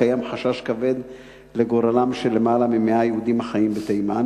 קיים חשש כבד לגורלם של למעלה מ-100 יהודים החיים בתימן.